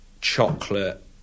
chocolate